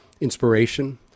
inspiration